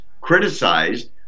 criticized